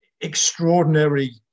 extraordinary